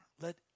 let